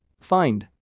find